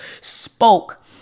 spoke